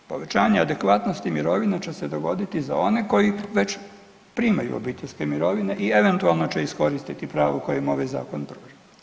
Da, povećanja adekvatnosti mirovina će se dogoditi za one koji već primaju obiteljske mirovine i eventualno će iskoristiti pravo koje im ovaj zakon pruža.